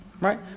right